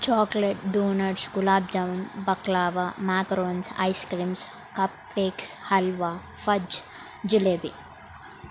chocolate donuts gulab jamun baklava macarons ice creams cupcakes halwa fudge jalebi